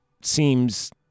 seems